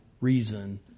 reason